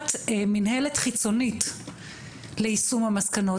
להקמת מנהלת חיצונית ליישום המסקנות,